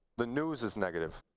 the news is negative.